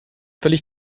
völlig